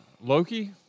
Loki